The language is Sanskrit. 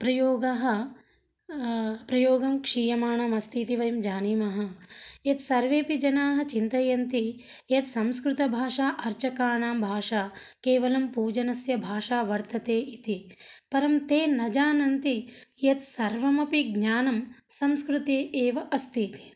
प्रयोगः प्रयोगं क्षीयमाणम् अस्ति इति वयं जानीमः यत् सर्वेऽपि जनाः चिन्तयन्ति यत् संस्कृतभाषा अर्चकाणां भाषा केवलं पूजनस्य भाषा वर्तते इति परं ते न जानन्ति यत् सर्वमपि ज्ञानं संस्कृते एव अस्ति इति